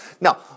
Now